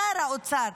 שר האוצר,